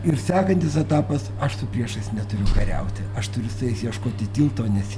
ir sekantis etapas aš su priešais neturiu kariauti aš turiu su jais ieškoti tilto nes